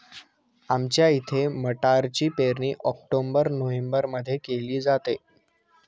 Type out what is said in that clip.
आमच्या इथे मटारची पेरणी ऑक्टोबर नोव्हेंबरमध्ये केली जाते